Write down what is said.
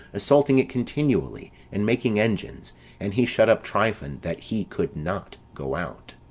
assaulting it continually, and making engines and he shut up tryphon, that he could not go out.